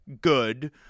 good